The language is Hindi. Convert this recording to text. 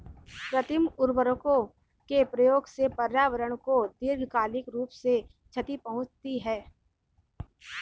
कृत्रिम उर्वरकों के प्रयोग से पर्यावरण को दीर्घकालिक रूप से क्षति पहुंचती है